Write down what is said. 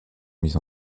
mises